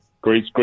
great